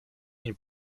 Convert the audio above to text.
une